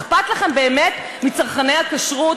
אכפת לכם באמת מצרכני הכשרות?